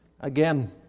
again